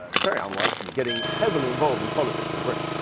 ah very unlike me, getting heavily involved in politics in britain.